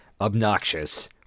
obnoxious